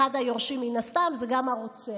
אחד היורשים מן הסתם זה גם הרוצח.